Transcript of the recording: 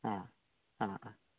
ആ ആ ആ